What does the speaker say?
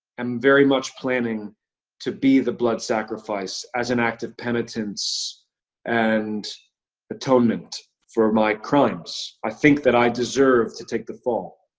am very much planning to be the blood sacrifice, as an act of penitence and atonement for my crimes. i think that i deserve to take the fall.